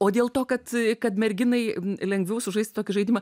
o dėl to kad kad merginai lengviau sužaist tokį žaidimą